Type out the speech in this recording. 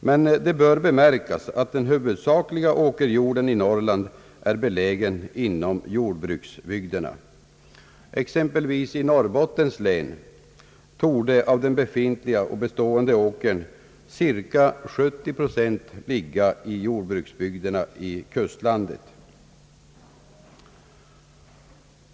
Men det bör beaktas att den huvudsakliga åkerjorden i Norrland är belägen inom jordbruksbygderna. Exempelvis i Norrbottens län torde av den befintliga åkermarken cirka 70 procent ligga i jordbruksbygderna i kustlandet.